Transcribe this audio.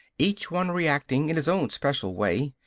each one reacting in his own special way.